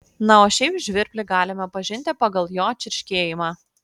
na o šiaip žvirblį galima pažinti pagal jo čirškėjimą